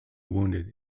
wounded